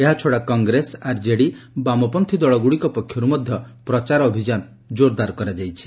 ଏହାଛଡ଼ା କଂଗ୍ରେସ ଆର୍ଜେଡି ବାମପନ୍ତୀ ଦଳଗୁଡ଼ିକ ପକ୍ଷରୁ ମଧ୍ୟ ପ୍ରଚାର ଅଭିଯାନ ଜୋରସୋର ଚାଲିଛି